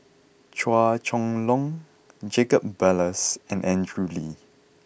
Chua Chong Long Jacob Ballas and Andrew Lee